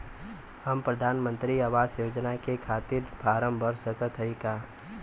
हम प्रधान मंत्री आवास योजना के खातिर फारम भर सकत हयी का?